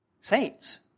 saints